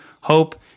hope